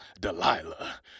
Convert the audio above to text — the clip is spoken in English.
Delilah